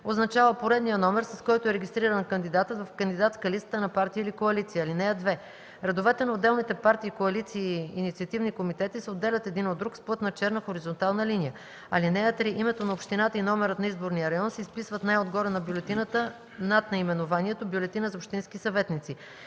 означава поредния номер, с който е регистриран кандидатът в кандидатска листа на партия или коалиция. (2) Редовете на отделните партии, коалиции и инициативни комитети се отделят един от друг с плътна черна хоризонтална линия. (3) Името на общината и номерът на изборния район се изписват най-отгоре на бюлетината над наименованието „Бюлетина за общински съветници”.